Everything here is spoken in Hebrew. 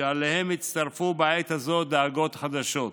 ואליהם הצטרפו בעת הזאת דאגות חדשות.